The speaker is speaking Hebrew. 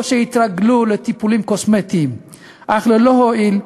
או שהתרגלו לטיפולים קוסמטיים, אך ללא הועיל.